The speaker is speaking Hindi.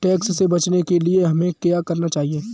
टैक्स से बचने के लिए हमें क्या करना चाहिए?